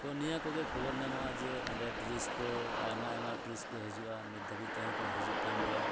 ᱠᱚ ᱱᱤᱭᱟᱹ ᱠᱚᱜᱮ ᱠᱚ ᱠᱷᱚᱵᱚᱨ ᱧᱟᱢᱚᱜᱼᱟ ᱡᱮ ᱚᱸᱰᱮ ᱴᱩᱨᱤᱥ ᱠᱚ ᱟᱭᱢᱟ ᱟᱭᱢᱟ ᱴᱩᱨᱤᱥ ᱠᱚ ᱦᱤᱡᱩᱜᱼᱟ ᱱᱤᱛ ᱫᱷᱟᱹᱵᱤᱡ ᱛᱮᱦᱚᱸ ᱠᱚ ᱦᱤᱡᱩᱜ ᱠᱟᱱᱜᱮᱭᱟ